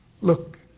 Look